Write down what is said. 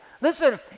Listen